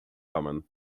kammen